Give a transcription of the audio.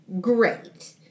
great